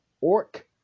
Orc